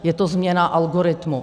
Je to změna algoritmu.